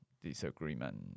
disagreement